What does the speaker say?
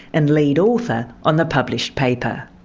and lead author on the published paper.